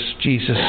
Jesus